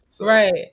Right